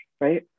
right